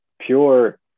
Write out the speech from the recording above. pure